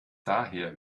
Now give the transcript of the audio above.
daher